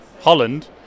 Holland